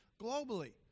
globally